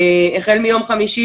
החל מיום חמישי,